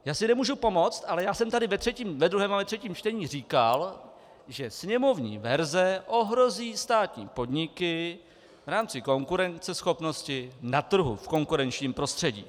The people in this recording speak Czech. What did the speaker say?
Já si nemůžu pomoct, ale já jsem tady ve druhém a ve třetím čtení říkal, že sněmovní verze ohrozí státní podniky v rámci konkurenceschopnosti na trhu v konkurenčním prostředí.